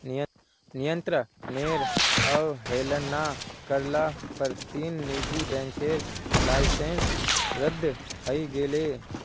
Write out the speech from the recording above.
नियंत्रनेर अवहेलना कर ल पर तीन निजी बैंकेर लाइसेंस रद्द हई गेले